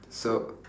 so